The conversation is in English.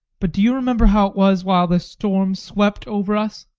but do you remember how it was while the storm swept over us?